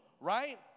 right